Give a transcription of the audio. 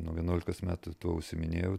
nuo vienuolikos metų tuo užsiiminėjau